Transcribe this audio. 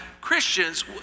Christians